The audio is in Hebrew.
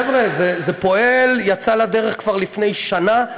חבר'ה, זה פועל, יצא לדרך כבר לפני שנה.